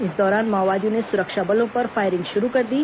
इस दौरान माओवादियों ने सुरक्षा बलों पर फायरिंग शुरू कर दी